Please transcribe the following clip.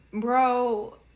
Bro